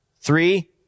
Three